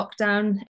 lockdown